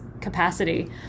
capacity